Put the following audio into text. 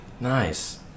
Nice